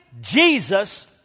Jesus